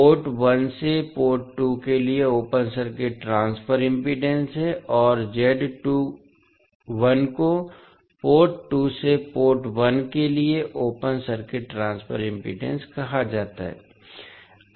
port 1 से port 2 के लिए ओपन सर्किट ट्रांसफर इम्पीडेन्स है और को पोर्ट 2 से पोर्ट 1 के लिए ओपन सर्किट ट्रांसफर इम्पीडेन्स कहा जाता है